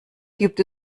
gibt